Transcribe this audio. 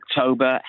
October